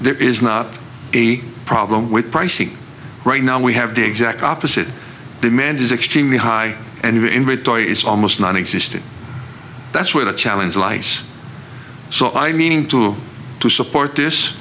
there is not a problem with pricing right now we have the exact opposite demand is extremely high and in retore is almost nonexistent that's where the challenge lice so i meaning to to support this